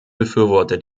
befürworte